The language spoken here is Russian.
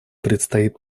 предстоит